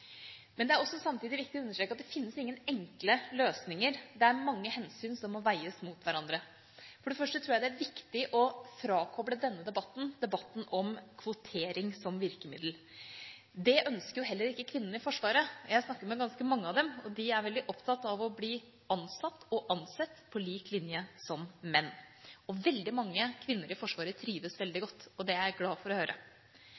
Det er også samtidig viktig å understreke at det ikke finnes enkle løsninger – det er mange hensyn som må veies mot hverandre. For det første tror jeg det er viktig å koble denne debatten fra debatten om kvotering som virkemiddel. Det ønsker heller ikke kvinnene i Forsvaret. Jeg snakker med ganske mange av dem. De er veldig opptatt av å bli ansatt og ansett på lik linje med menn. Veldig mange kvinner i Forsvaret trives veldig